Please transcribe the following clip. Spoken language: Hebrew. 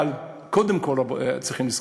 אבל קודם כול צריכים לזכור: